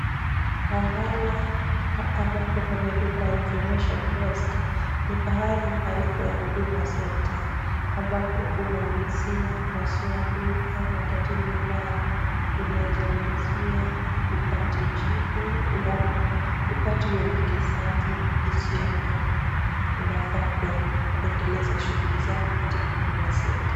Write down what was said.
Pahala ambapo pameandikwa information desk ni pahali pale pa huduma centre , ambapo unaulizia swali ama tatizo unayo. Unaweza ulizia upate jibu ama upate uelekezaji jinsi ambavyo unafaa kuendeleza shughuli zako katika huduma centre .